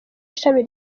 ishami